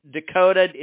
Dakota